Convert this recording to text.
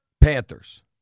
Panthers